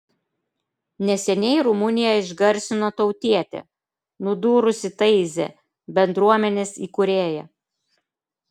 neseniai rumuniją išgarsino tautietė nudūrusi taizė bendruomenės įkūrėją